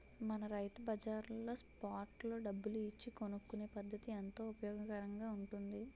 మన రైతు బజార్లో స్పాట్ లో డబ్బులు ఇచ్చి కొనుక్కునే పద్దతి ఎంతో ఉపయోగకరంగా ఉంటుంది